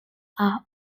are